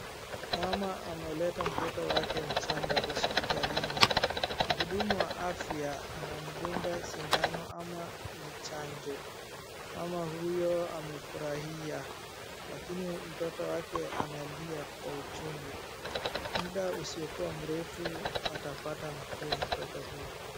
Mama ameleta mtoto wake mchanga hospitalini. Mhudumu wa afya anamdunga sindano ama ni chanjo. Mama huyo amefurahia lakini mtoto wake analia kwa uchungu. Muda usiokuwa mrefu atapata nafuu mtoto huyu.